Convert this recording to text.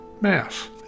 Mass